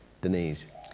Denise